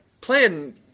playing